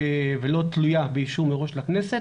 ולא תלויה באישור מראש של הכנסת.